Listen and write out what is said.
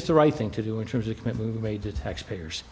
it's the right thing to do in terms of commitment made to taxpayers